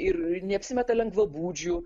ir neapsimeta lengvabūdžiu